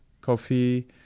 coffee